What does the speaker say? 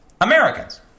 Americans